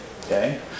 Okay